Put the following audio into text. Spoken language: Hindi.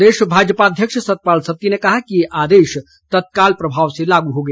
प्रदेश भाजपा अध्यक्ष सतपाल सत्ती ने कहा है कि ये आदेश तत्काल प्रभाव से लागू होगा